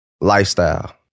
Lifestyle